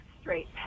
straight